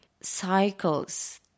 cycles